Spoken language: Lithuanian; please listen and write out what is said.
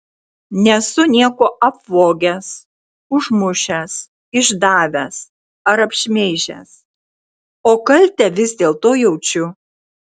nesu nieko apvogęs užmušęs išdavęs ar apšmeižęs o kaltę vis dėlto jaučiu